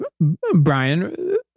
Brian